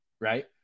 Right